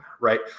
right